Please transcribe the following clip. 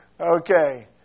Okay